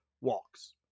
walks